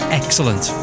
excellent